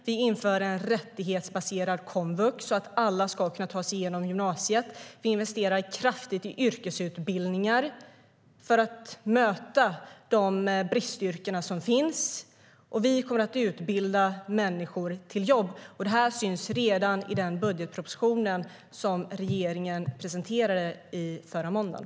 Vi inför en rättighetsbaserad komvux, så att alla ska kunna ta sig igenom gymnasiet, vi investerar kraftigt i yrkesutbildningar för att möta de bristyrken som finns och vi kommer att utbilda människor till jobb. Det här syns redan i budgetpropositionen som regeringen presenterade förra måndagen.